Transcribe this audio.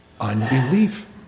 Unbelief